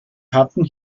hatten